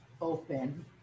open